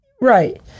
Right